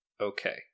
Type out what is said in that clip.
Okay